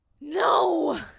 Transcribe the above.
No